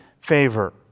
favor